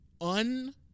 un